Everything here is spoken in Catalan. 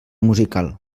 musical